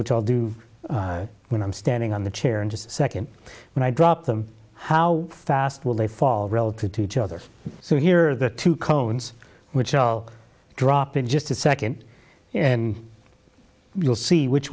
which i'll do when i'm standing on the chair and second when i drop them how fast will they fall relative to each other so here are the two cones which i'll drop in just a second and you'll see which